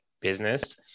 business